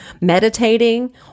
meditating